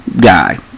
guy